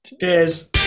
cheers